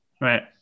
right